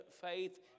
faith